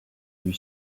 lui